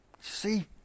See